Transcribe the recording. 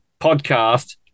podcast